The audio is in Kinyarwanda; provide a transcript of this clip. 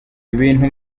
ibintu